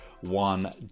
One